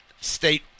state